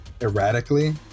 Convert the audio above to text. erratically